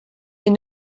est